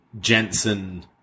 jensen